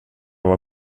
var